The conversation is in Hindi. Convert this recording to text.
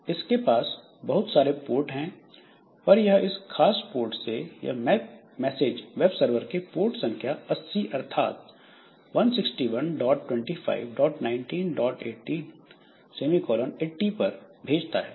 उसके पास बहुत सारे पोर्ट हैं पर यह इस खास पोर्ट से यह मैसेज वेब सर्वर के पोर्ट संख्या 80 अर्थात 1612519880 पर भेजता है